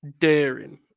daring